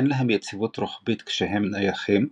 אין להם יציבות רוחבית כשהם נייחים,